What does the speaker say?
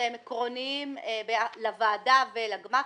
שהם עקרוניים לוועדה ולגמ"חים,